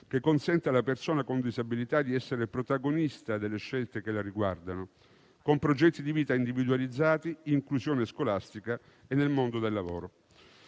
che consenta alla persona con disabilità di essere protagonista delle scelte che la riguardano, con progetti di vita individualizzati, inclusione scolastica e nel mondo del lavoro.